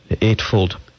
eightfold